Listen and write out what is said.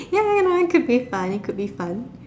ya ya that could fun it could be fun